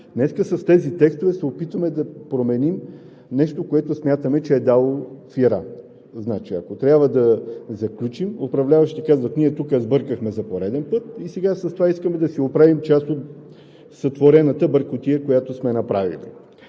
Днес с тези текстове се опитваме да променим нещо, което смятаме, че е дало фира. Значи, ако трябва да заключим, управляващите казват – ние тук сбъркахме за пореден път и сега с това искаме да си оправим част от сътворената бъркотия, която сме направили.